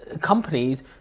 companies